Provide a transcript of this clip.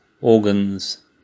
organs